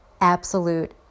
absolute